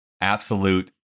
absolute